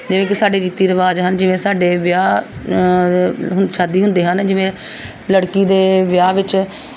ਜਿਵੇਂ ਕਿ ਸਾਡੇ ਰੀਤੀ ਰਿਵਾਜ਼ ਹਨ ਜਿਵੇਂ ਸਾਡੇ ਵਿਆਹ ਹੁਣ ਸ਼ਾਦੀ ਹੁੰਦੇ ਹਨ ਜਿਵੇਂ ਲੜਕੀ ਦੇ ਵਿਆਹ ਵਿੱਚ